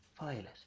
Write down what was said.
Violet